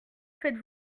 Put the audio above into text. faites